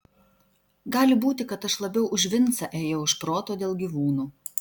gali būti kad aš labiau už vincą ėjau iš proto dėl gyvūnų